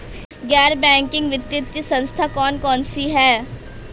गैर बैंकिंग वित्तीय संस्था कौन कौन सी हैं?